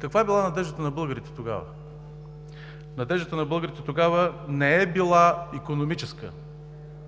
Каква е била надеждата на българите тогава? Надеждата на българите тогава не е била икономическа,